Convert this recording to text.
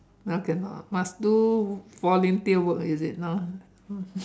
now cannot must do volunteer work is it now